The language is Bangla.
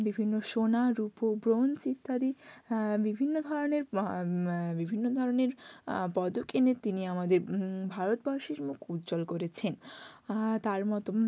বিভিন্ন সোনা রূপো ব্রোঞ্জ ইত্যাদি বিভিন্ন ধরনের বিভিন্ন ধরনের পদক এনে তিনি আমাদের ভারতবাসীর মুখ উজ্জ্বল করেছেন তার মতো